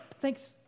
thanks